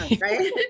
right